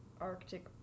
arctic